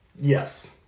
Yes